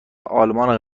آلمان